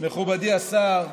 מכובדי השר,